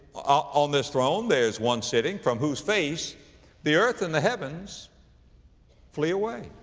ah on this throne there is one sitting from whose face the earth and the heavens flee away.